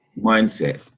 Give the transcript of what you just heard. mindset